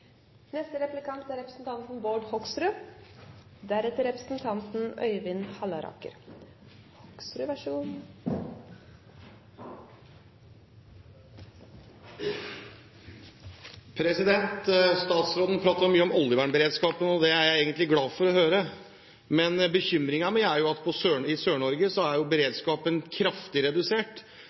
Statsråden pratet mye om oljevernberedskapen, og det er jeg egentlig glad for å høre. Men bekymringen min er at i Sør-Norge er jo beredskapen kraftig redusert,